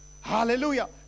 Hallelujah